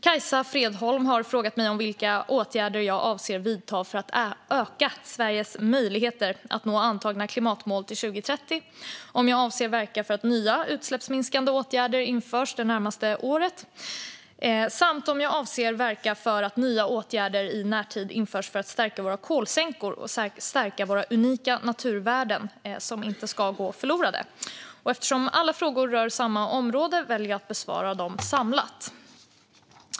Kajsa Fredholm har frågat mig vilka åtgärder jag avser att vidta för att öka Sveriges möjligheter att nå antagna klimatmål till 2030, om jag avser att verka för att nya utsläppsminskande åtgärder införs det närmaste året och om jag avser att verka för att nya åtgärder i närtid införs för att stärka våra kolsänkor och säkra att våra unika naturvärden inte går förlorade. Eftersom alla frågor rör samma område väljer jag att besvara dem samlat.